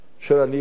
של אני ואתה.